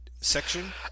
section